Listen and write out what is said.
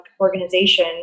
organization